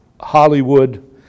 Hollywood